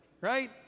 right